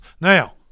Now